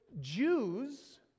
Jews